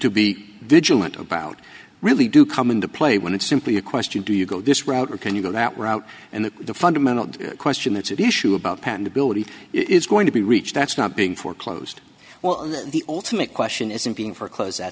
to be vigilant about really do come into play when it's simply a question do you go this route or can you go that route and that the fundamental question that's an issue about patentability is going to be reached that's not being foreclosed well the ultimate question isn't being foreclosed that